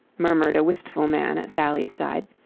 murmured a wistful man at sally's side,